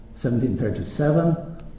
1737